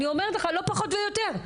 אני אומרת לך לא פחות ולא יותר.